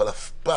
אבל אף פעם